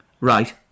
Right